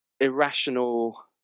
irrational